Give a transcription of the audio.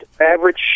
average